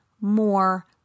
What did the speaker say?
more